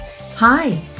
hi